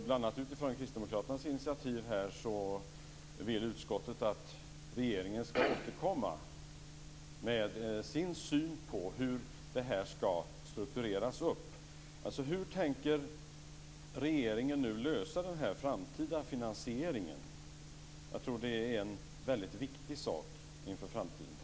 Bl.a. utifrån kristdemokraternas initiativ vill utskottet att regeringen ska återkomma med sin syn på hur det här ska struktureras upp. Hur tänker regeringen lösa den framtida finansieringen? Jag tror att det är en väldigt viktig sak inför framtiden.